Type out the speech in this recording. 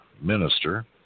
minister